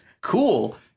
Cool